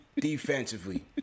defensively